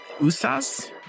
usa's